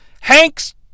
Hank's